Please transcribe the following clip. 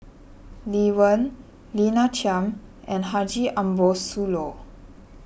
Lee Wen Lina Chiam and Haji Ambo Sooloh